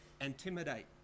intimidate